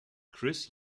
chris